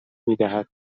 میدهد